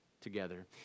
together